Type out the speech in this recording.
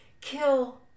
Kill